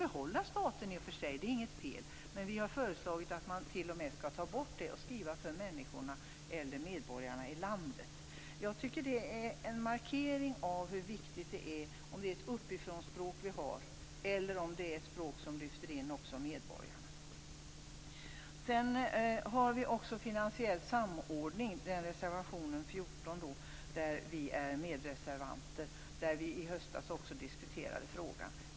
Man kan i och för sig behålla "staten", men vi har föreslagit att man skall ta bort det och skriva "för enskilda medborgare som helhet". Det är en markering av hur viktigt det är att vi har ett språk som lyfter in också medborgarna, inte ett uppifrånspråk. I reservation 14, som gäller finansiell samordning, är vi medreservanter. Vi diskuterade den frågan i höstas också.